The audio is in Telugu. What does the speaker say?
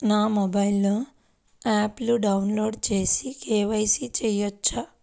నా మొబైల్లో ఆప్ను డౌన్లోడ్ చేసి కే.వై.సి చేయచ్చా?